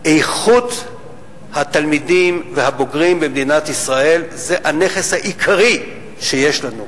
איכות התלמידים והבוגרים במדינת ישראל זה הנכס העיקרי שיש לנו.